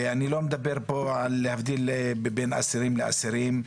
ואני לא מדבר פה על הבדלה בין אסירים לאסירים,